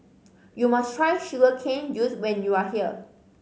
you must try sugar cane juice when you are here